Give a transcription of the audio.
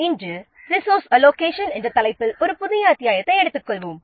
இன்று resource allocation என்ற ஒரு புதிய அத்தியாயத்தைப் பற்றி விவாதிப்போம்